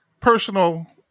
personal